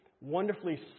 wonderfully